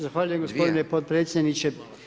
Zahvaljujem gospodine potpredsjedniče.